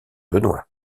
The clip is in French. benoît